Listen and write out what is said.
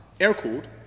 air-cooled